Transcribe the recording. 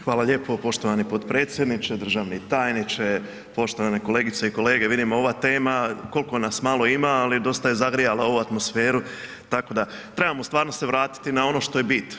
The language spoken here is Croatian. Hvala lijepo poštovani potpredsjedniče, državni tajniče, poštovane kolegice i kolege, vidimo ova tema koliko nas ima ali dosta je zagrijala ovu atmosferu tako da trebamo stvarno se vratiti na ono što je bit.